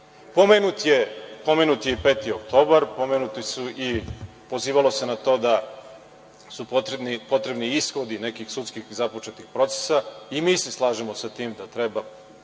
pomenuti su i pozivalo se na to da su potrebni ishodi nekih sudskih započetih procesa i mi se slažemo sa tim da treba